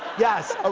yes. ah